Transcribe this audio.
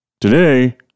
Today